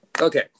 Okay